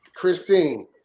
Christine